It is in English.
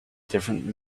different